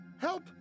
Help